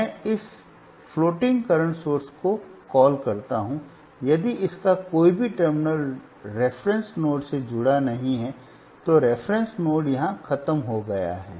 मैं इस floating current source को कॉल करता हूं यदि इसका कोई भी टर्मिनल रेफरेंस नोड से जुड़ा नहीं है तो रेफरेंस नोड यहां खत्म हो गया है